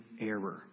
error